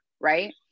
right